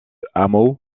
hameaux